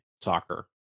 soccer